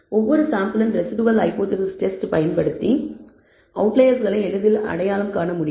ஒவ்வொரு சாம்பிளின் residual hypothesis test பயன்படுத்தி அவுட்லயர்ஸ்களை எளிதில் அடையாளம் காண முடியும்